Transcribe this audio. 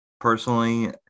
personally